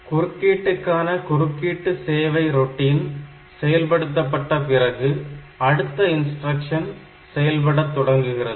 குறுக்கீட்டுகான குறுக்கீட்டு சேவை ரொட்டின் செயல்படுத்தப்பட்ட பிறகு அடுத்த இன்ஸ்ட்ரக்ஷன் செயல்பட துவங்குகிறது